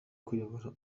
kuyobora